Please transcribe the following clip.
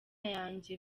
yanjye